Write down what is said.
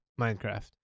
Minecraft